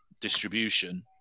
distribution